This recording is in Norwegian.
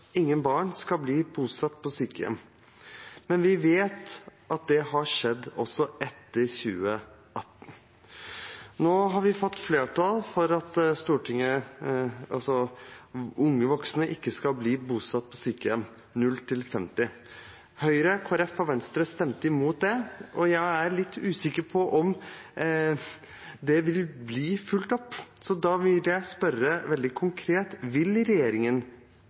ingen barn skal bli bosatt på sykehjem, som fikk flertall. Men vi vet at det har skjedd også etter 2018. Nå har vi fått flertall på Stortinget for at barn og unge voksne, de mellom 0 og 50 år, ikke skal bli bosatt på sykehjem. Høyre, Kristelig Folkeparti og Venstre stemte imot det. Jeg er litt usikker på om det vil bli fulgt opp, så da vil jeg spørre veldig konkret: Vil regjeringen